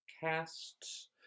cast